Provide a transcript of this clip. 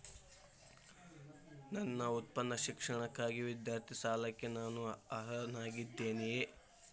ನನ್ನ ಉನ್ನತ ಶಿಕ್ಷಣಕ್ಕಾಗಿ ವಿದ್ಯಾರ್ಥಿ ಸಾಲಕ್ಕೆ ನಾನು ಅರ್ಹನಾಗಿದ್ದೇನೆಯೇ?